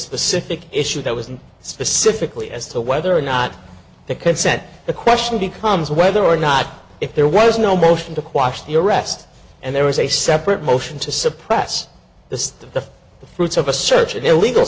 specific issue that was and specifically as to whether or not they can set the question becomes whether or not if there was no motion to quash the arrest and there was a separate motion to suppress the the fruits of a search of illegal